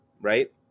right